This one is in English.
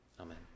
Amen